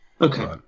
Okay